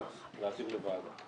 להעביר לוועדה.